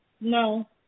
No